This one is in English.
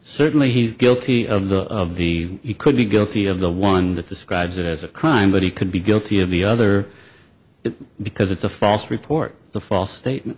certainly he's guilty of the of the he could be guilty of the one that describes it as a crime but he could be guilty of the other because it's a false report the false statement